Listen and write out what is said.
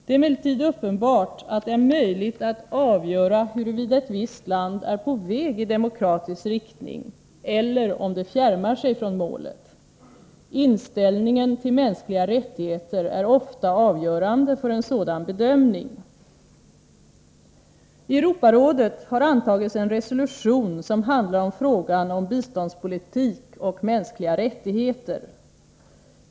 Det är emellertid uppenbart att det är möjligt att avgöra huruvida ett visst land är på väg i demokratisk riktning, eller om det fjärmar sig från målet. Inställningen till mänskliga rättigheter är ofta avgörande för en sådan bedömning. I Europarådet har antagits en resolution som handlar om frågan om biståndspolitik och mänskliga rättigheter.